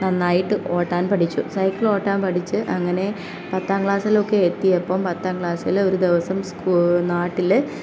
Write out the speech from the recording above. നന്നായിട്ട് ഓട്ടാൻ പഠിച്ചു സൈക്കിൾ ഓട്ടാൻ പഠിച്ച് അങ്ങനെ പത്താം ക്ലാസ്സിലൊക്കെ എത്തിയപ്പം പത്താം ക്ലാസ്സിൽ ഒരു ദിവസം നാട്ടിൽ